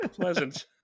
Pleasant